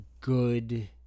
good